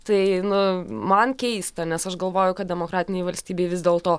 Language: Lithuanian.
tai nu man keista nes aš galvoju kad demokratinėj valstybėj vis dėlto